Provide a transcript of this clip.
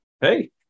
Hey